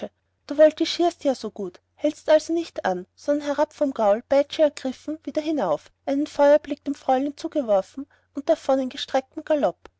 du voltigierst ja so gut hältst also nicht an sondern herab vom gaul peitsche ergriffen wieder hinauf einen feuerblick dem fräulein zugeworfen und davon im gestreckten galopp